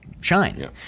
shine